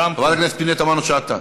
חברת הכנסת פנינה תמנו-שטה.